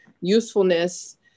usefulness